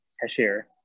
cashier